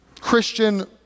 Christian